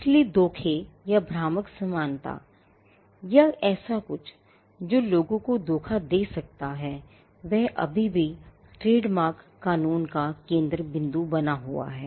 इसलिए धोखे या भ्रामक समानता या ऐसा कुछ जो लोगों को धोखा दे सकता है वह अभी भी ट्रेडमार्क कानून का केंद्र बिंदु बना हुआ है